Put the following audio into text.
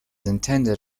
intended